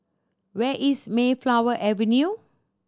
where is Mayflower Avenue